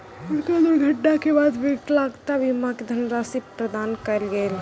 हुनका दुर्घटना के बाद विकलांगता बीमा के धनराशि प्रदान कयल गेल